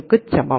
5 சமம்